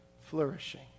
flourishing